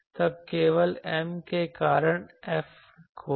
तब केवल M के कारण F खोजें